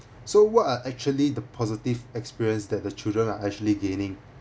so what are actually the positive experience that the children are actually gaining